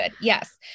Yes